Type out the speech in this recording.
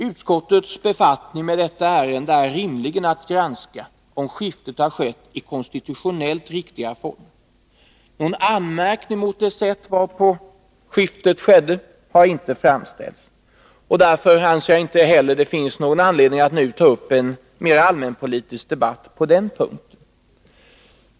Utskottets befattning med detta ärende är rimligen att granska om skiftet har skett i konstitutionellt riktiga former. Någon anmärkning mot det sätt varpå skiftet skett har inte framställts. Därför anser jag inte heller att det finns någon anledning att nu ta upp en mera allmänpolitisk debatt på den punkten.